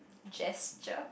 gesture